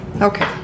Okay